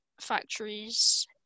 factories